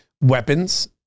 weapons